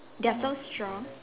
they are so strong